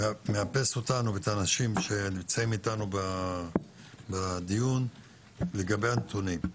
ומאפס אותנו ואת האנשים שנמצאים אתנו בדיון לגבי הנתונים.